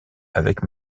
avec